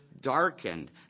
darkened